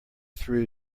threw